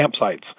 campsites